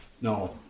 No